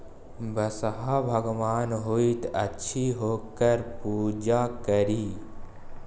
बसहा भगवान होइत अछि ओकर पूजा करी